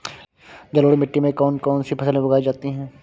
जलोढ़ मिट्टी में कौन कौन सी फसलें उगाई जाती हैं?